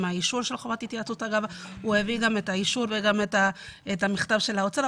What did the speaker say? האישור של חובת היוועצות הוא מביא גם את האישור וגם את המכתב של האוצר,